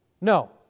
No